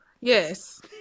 Yes